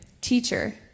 Teacher